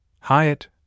Hyatt